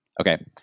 okay